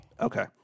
Okay